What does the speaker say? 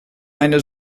eine